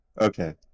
Okay